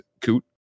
coot